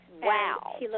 Wow